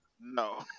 No